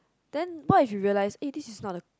then what if you realise eh this is not the